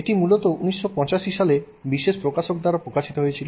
এটি মূলত 1985 সালে বিশেষ প্রকাশক দ্বারা প্রকাশিত হয়েছিল